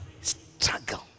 Struggle